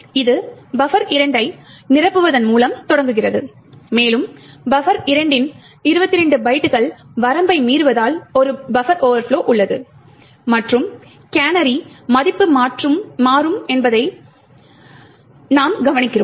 இது பஃபர் 2 ஐ நிரப்புவதன் மூலம் தொடங்குகிறது மேலும் பஃபர் 2 இன் 22 பைட்டுகள் வரம்பை மீறுவதால் ஒரு பஃபர் ஓவர்ப்லொ உள்ளது மற்றும் கேனரி மதிப்பு மாறும் என்பதையும் நாம் கவனிக்கிறோம்